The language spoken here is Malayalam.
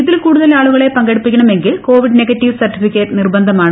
ഇതിൽ കൂടുതൽ ആളുകളെ പങ്കെടുപ്പിക്കണമെങ്കിൽ കോവിഡ് നെഗറ്റീവ് സർട്ടിഫിക്കറ്റ് നിർബന്ധമാണ്